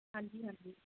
ਹਾਂਜੀ ਹਾਂਜੀ